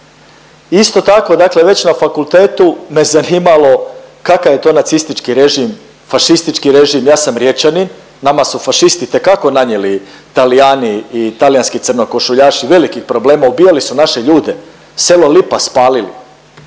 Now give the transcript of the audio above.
Isto tako, dakle već na fakultetu me zanimalo kakav je to nacistički režim, fašistički režim. Ja sam Riječanin, nama su fašisti itekako nanijeli, Talijani i talijanski crnokošuljaši velikih problema, ubijali su naše ljude, selo Lipa spalili